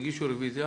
שהגישו רוויזיה